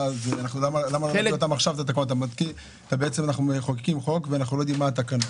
אנחנו מחוקקים חוק בלי לדעת מה התקנות.